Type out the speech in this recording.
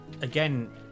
again